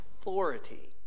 authority